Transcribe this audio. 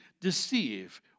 deceive